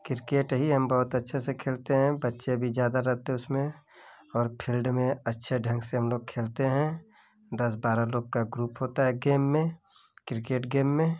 cricket ही हम बहुत अच्छे से खेलते हें बच्चे भी ज़्यादा रहते हैं उसमें और फील्ड में हम लोग अच्छे ढंग से खेलते हें दस बारह लोग का ग्रुप होता हे गेम में क्रिकेट गेम में